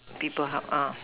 people help